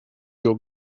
your